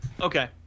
okay